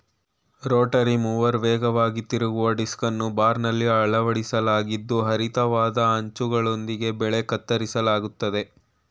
Rotary mower ವೇಗವಾಗಿ ತಿರುಗುವ ಡಿಸ್ಕನ್ನು ಬಾರ್ನಲ್ಲಿ ಅಳವಡಿಸಲಾಗಿದ್ದು ಹರಿತವಾದ ಅಂಚುಗಳೊಂದಿಗೆ ಬೆಳೆ ಕತ್ತರಿಸಲಾಗ್ತದೆ